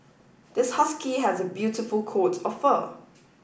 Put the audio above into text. this husky has a beautiful coat of fur